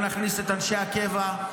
ואנחנו נכניס את אנשי הקבע,